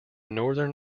northern